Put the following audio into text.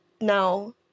now